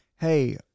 Hey